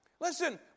Listen